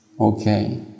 Okay